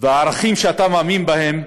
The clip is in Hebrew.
והערכים שאתה מאמין בהם,